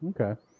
Okay